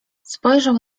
spojrzał